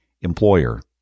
employer